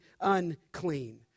unclean